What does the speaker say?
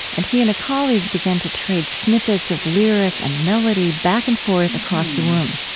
and he and a colleague began to trade snippets of lyric and melody back and forth across the room